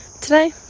Today